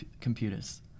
computers